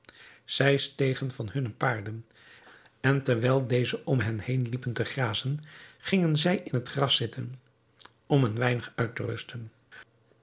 zij stegen van hunne paarden en terwijl deze om hen heen liepen te grazen gingen zij in het gras zitten om een weinig uit te rusten